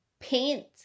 paint